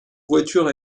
voiture